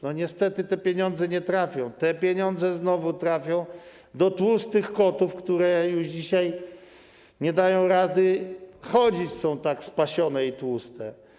Niestety te pieniądze nie trafią do rolników, te pieniądze znowu trafią do tłustych kotów, które już dzisiaj nie dają rady chodzić, bo są tak spasione i tłuste.